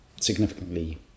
significantly